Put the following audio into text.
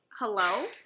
Hello